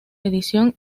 edición